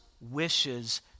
wishes